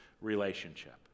relationship